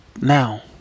Now